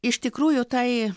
iš tikrųjų tai